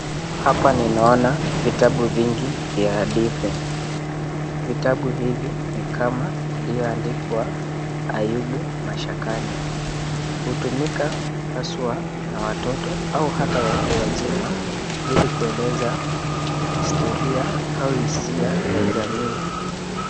Hapa ninaona vitabu vingi vya hadithi. Vitabu hivi ni kama iliyoandikwa Ayubu mashakani. Hutumika haswa na watoto au hata watu wazima ili kueleza historia au hisia ya jamii.